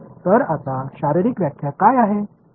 तर आता शारीरिक व्याख्या काय आहे